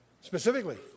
Specifically